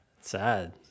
Sad